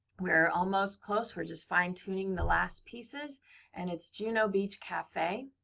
we are almost close. we're just fine-tuning the last pieces and it's juno beach cafe.